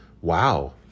wow